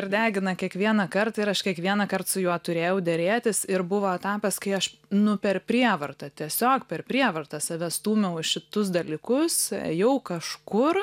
ir degina kiekvieną kartą ir aš kiekvienąkart su juo turėjau derėtis ir buvo etapas kai aš nu per prievartą tiesiog per prievartą save stūmiau į šitus dalykus ėjau kažkur